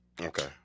Okay